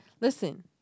listen